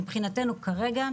מבחינתנו כרגע,